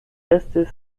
estis